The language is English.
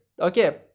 Okay